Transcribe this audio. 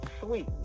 sweet